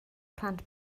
plant